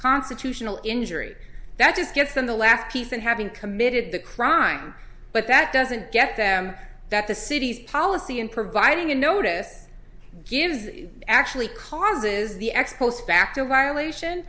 constitutional injury that just gets in the last piece and having committed the crime but that doesn't get them that the city's policy in providing a notice gives it actually causes the ex post facto violation